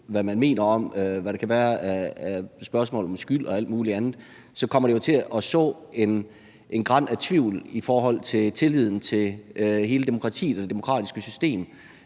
hvad man mener om, hvad der kan være af spørgsmål om skyld og alt mulig andet, så kommer det jo til at så et gran af tvivl i forhold til tilliden til hele demokratiet og det demokratiske system.